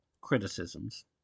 criticisms